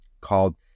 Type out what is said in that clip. called